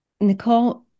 Nicole